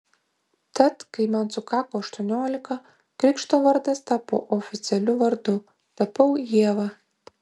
tad kai man sukako aštuoniolika krikšto vardas tapo oficialiu vardu tapau ieva